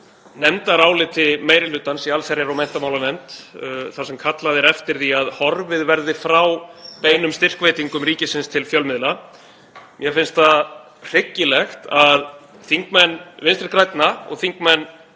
nefndaráliti meiri hlutans í allsherjar- og menntamálanefnd þar sem kallað er eftir því að horfið verði frá beinum styrkveitingum ríkisins til fjölmiðla. Mér finnst það hryggilegt að þingmenn Vinstri grænna og þingmenn